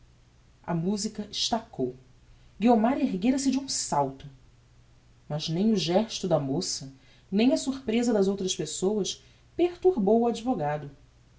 a musica estacou guiomar erguera-se de um salto mas nem o gesto da moça nem a sorpresa das outras pessoas perturbou o advogado